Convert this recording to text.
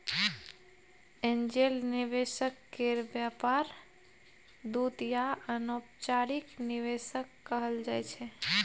angel निवेशक केर व्यापार दूत या अनौपचारिक निवेशक कहल जाइ छै